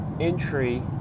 entry